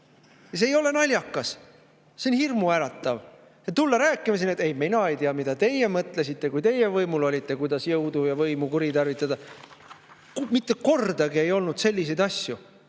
see ei ole naljakas. See on hirmuäratav. Siis tulla rääkima, et ei, mina ei tea, mida teie mõtlesite, kui teie võimul olite, kuidas jõudu ja võimu kuritarvitada. Mitte kordagi ei olnud selliseid asju.